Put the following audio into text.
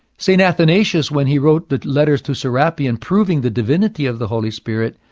st. athanasius, when he wrote the letters to serapion proving the divinity of the holy spirit,